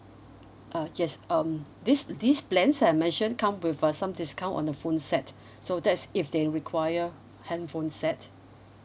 uh yes um these these plans that I mention come with uh some discount on the phone set so that's if they require handphone set